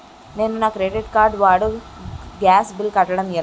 నేను నా credit card వాడి గ్యాస్ బిల్లు కట్టడం ఎలా?